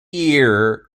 year